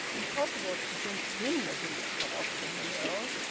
impossible to convince him that he was cut off from the world!